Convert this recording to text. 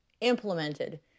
implemented